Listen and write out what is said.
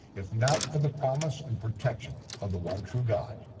if not for the promise and protection of the one true god,